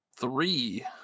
three